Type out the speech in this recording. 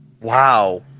Wow